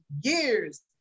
years